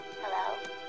Hello